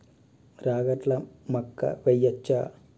రాగట్ల మక్కా వెయ్యచ్చా?